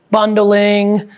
bundling,